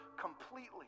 completely